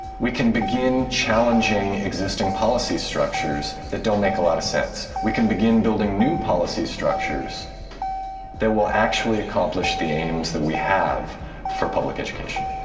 we can begin challenging existing policy structures that don't make a lot of sense. we can begin building new policy structures that will actually accomplish the aims that we have for public education.